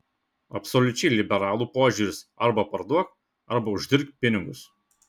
absoliučiai liberalų požiūris arba parduok arba uždirbk pinigus